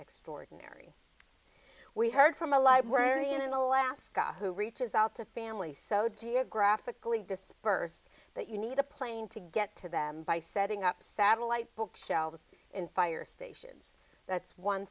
extraordinary we heard from a librarian in alaska who reaches out to family so dear graphically disbursed that you need a plane to get to them by setting up satellite bookshelves in fire stations that's one